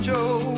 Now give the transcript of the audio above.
Joe